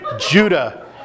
Judah